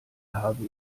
habe